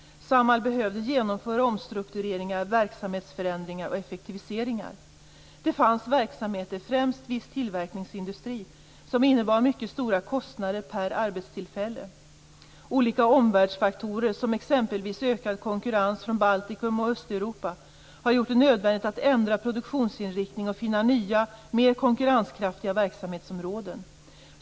Samhall behövde genomföra omstruktureringar, verksamhetsförändringar och effektiviseringar. Det fanns verksamheter, främst viss tillverkningsindustri, som innebar mycket stora kostnader per arbetstillfälle. Olika omvärldsfaktorer, exempelvis ökad konkurrens från Baltikum och Östeuropa, har gjort det nödvändigt att ändra produktionsinriktning och finna nya, mer konkurrenskraftiga verksamhetsområden.